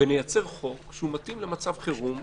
ונייצר חוק שהוא מתאים למצב חירום.